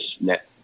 net